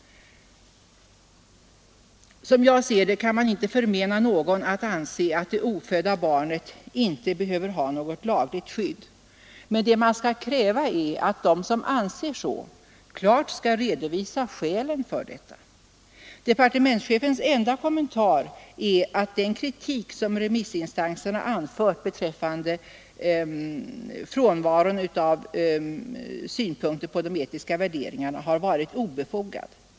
Som jag ser det kan man inte förmena någon att anse att det ofödda barnet inte behöver ha något lagligt skydd. Men vad man kan kräva är att de som anser detta klart skall kunna redovisa skälen för sin uppfattning. Departementschefens enda kommentar är att den kritik remissinstanserna anfört beträffande frånvaron av synpunkter på de etiska värderna har varit obefogad.